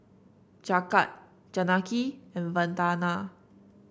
Jagat Janaki and Vandana